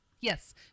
Yes